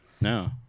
No